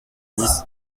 dix